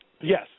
Yes